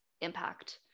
impact